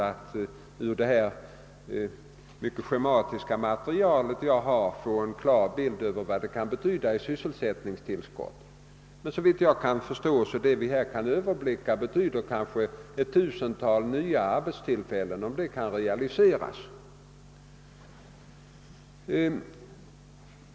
Det är svårt att av det mycket schematiska materialet få en klar bild, men såvitt vi nu kan överblicka situationen innebär det ett tusental nya arbetstillfällen, om allt kan realiseras.